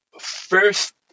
first